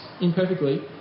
imperfectly